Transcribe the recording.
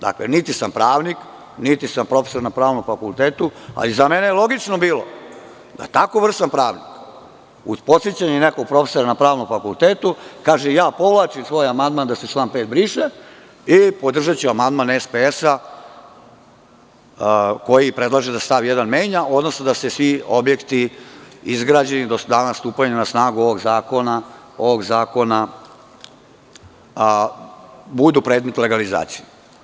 Dakle, niti sam pravnik, niti sam profesor na pravnom fakultetu, ali za mene je logično bilo da tako vrstan pravnik uz podsećanje nekog profesora na pravnom fakultetu, kaže, ja povlačim svoj amandman da se član 5. briše i podržaću amandman SPS koji predlaže da se stav 1. menja odnosno da se svi objekti izgrađeni do dana stupanja na snagu ovog zakona budu predmet legalizacije.